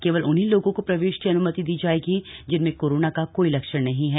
केवल उन्हीं लोगों को प्रवेश की अन्मति दी जाएगी जिनमें कोरोना का कोई लक्षण नहीं है